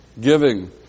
giving